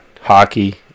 Hockey